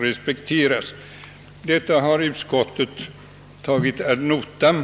Detta motionsönskemål har utskottet tagit ad notam.